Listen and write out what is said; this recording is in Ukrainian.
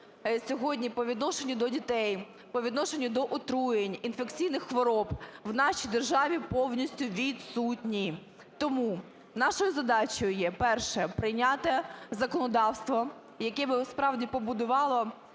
сьогодні по відношенню до дітей, по відношенню до отруєнь, інфекційних хвороб в нашій державі повністю відсутні. Тому нашою задачею є, перше, прийняти законодавство, яке би справді побудувало